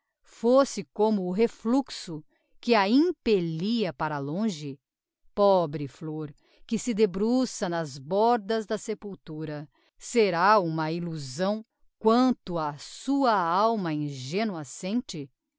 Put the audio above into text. fosse como o refluxo que a impellia para longe pobre flôr que se debruça nas bordas da sepultura será uma illusão quanto a sua alma ingenua